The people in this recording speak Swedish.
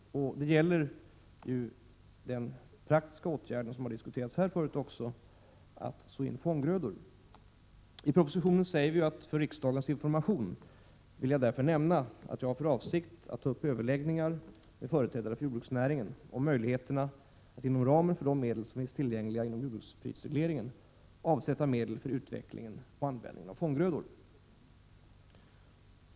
Jag tänker då på den praktiska åtgärd som även har diskuterats här förut, nämligen att så in fånggrödor. För riksdagens information vill jag nämna att jag har för avsikt att ta upp överläggningar med företrädare för jordbruksnäringen om möjligheterna att inom ramen för de medel som är tillgängliga för jordbruksprisregleringen avsätta medel för utvecklingen och användningen av fånggrödor.